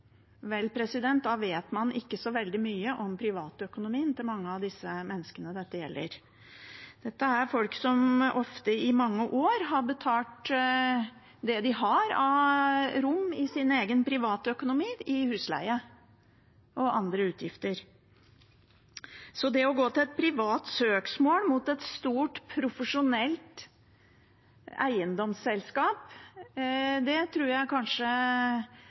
Vel, da vet man ikke så veldig mye om privatøkonomien til mange av de menneskene dette gjelder. Dette er folk som, ofte i mange år, har betalt det de har av rom i sin egen privatøkonomi, i husleie og andre utgifter. Så det å gå til et privat søksmål mot et stort, profesjonelt eiendomsselskap tror jeg kanskje